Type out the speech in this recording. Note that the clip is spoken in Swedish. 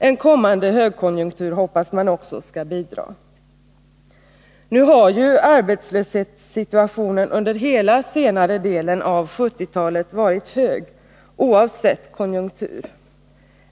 En kommande högkonjunktur hoppas man också skall bidra härtill. Nu har ju arbetslöshetssiffran under hela senare delen av 1970-talet varit hög — oavsett konjunktur.